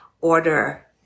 order